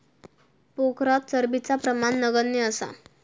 पोखरात चरबीचा प्रमाण नगण्य असा